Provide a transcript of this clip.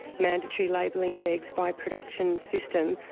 mandatory labelling of eggs by production system,